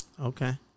Okay